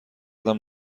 زدم